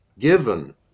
Given